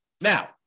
Now